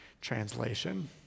translation